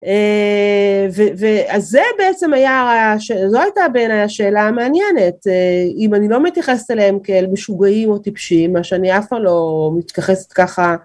אה... ו, ו, אז זה בעצם היה השא... זו הייתה בעיניי השאלה המעניינת. אם אני לא מתייחסת אליהם כאל משוגעים או טיפשים, מה שאני אף פעם לא מתייחסת ככה